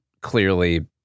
clearly